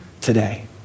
today